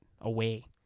away